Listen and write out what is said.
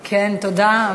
כן, תודה.